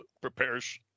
prepares